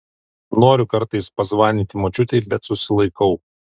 noriu kartais pazvanyti močiutei bet susilaikau